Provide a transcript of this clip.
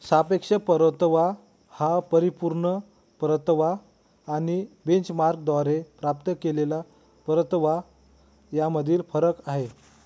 सापेक्ष परतावा हा परिपूर्ण परतावा आणि बेंचमार्कद्वारे प्राप्त केलेला परतावा यामधील फरक आहे